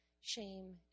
shame